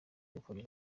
gupfobya